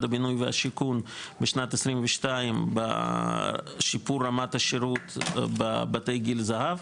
הבינוי והשיכון בשנת 2022 בשיפור רמת השירות בבתי גיל הזהב,